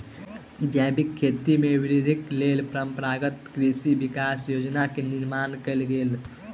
जैविक खेती में वृद्धिक लेल परंपरागत कृषि विकास योजना के निर्माण कयल गेल